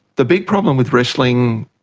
the big problem with wrestling,